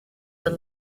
the